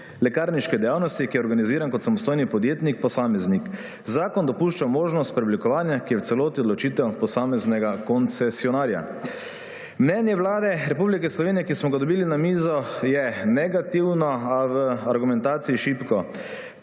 lekarniške dejavnosti, ki je organiziran kot samostojni podjetnik posameznik. Zakon dopušča možnost preoblikovanja, ki je celoti odločitev posameznega koncesionarja. Mnenje Vlade Republike Slovenije, ki smo ga dobili na mizo, je negativno, a v argumentaciji šibko.